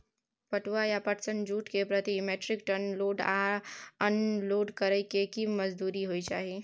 पटुआ या पटसन, जूट के प्रति metric ton load unload करै के की मजदूरी होय चाही?